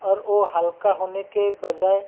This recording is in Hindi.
और ओ हल्का होने के बजाय